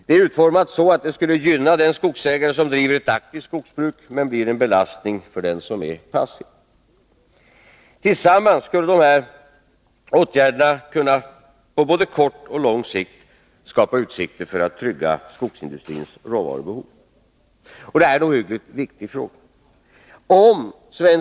Det är utformat så att det skulle gynna den skogsägare som driver ett aktivt skogsbruk, men blir en belastning för den som är passiv. Tillsammans skulle dessa åtgärder både på kort och lång sikt skapa utsikter för att trygga skogsindustrins råvarubehov. Detta är en mycket viktig fråga.